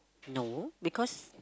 no because